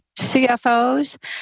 CFOs